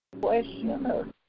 question